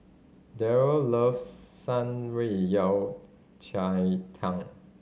Darryn loves Shan Rui Yao Cai Tang